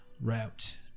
route